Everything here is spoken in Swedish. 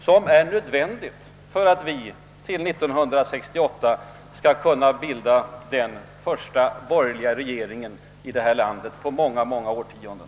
Det är nödvändigt för att vi år 1968 skall kunna bilda den första borgerliga regeringen i vårt land på många, många årtionden.